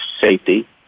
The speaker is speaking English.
safety